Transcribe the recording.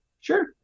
sure